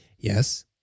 Yes